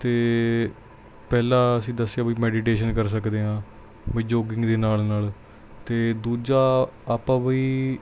ਅਤੇ ਪਹਿਲਾਂ ਅਸੀਂ ਦੱਸਿਆ ਵੀ ਮੈਡੀਟੇਸ਼ਨ ਕਰ ਸਕਦੇ ਹਾਂ ਬਈ ਯੋਗਿੰਗ ਦੇ ਨਾਲ ਨਾਲ ਅਤੇ ਦੂਜਾ ਆਪਾਂ ਬਈ